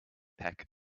peck